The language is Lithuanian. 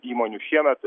įmonių šiemet